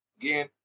Again